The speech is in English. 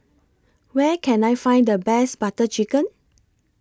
Where Can I Find The Best Butter Chicken